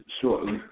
shortly